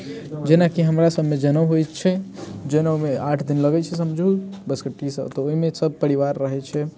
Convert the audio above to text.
जेनाकि हमरा सबमे जनउ होइत छै जनउमे आठ दिन लगैत छै समझू बसकट्टी सब तऽ ओहिमे सब परिवार रहैत छै